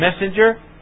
messenger